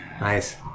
Nice